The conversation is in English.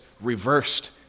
reversed